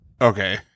okay